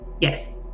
Yes